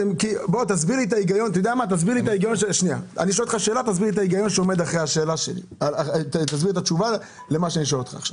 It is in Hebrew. תסביר לי את ההיגיון שעומד מאחורי השאלה שאני אשאל אותך עכשיו.